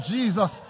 Jesus